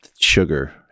sugar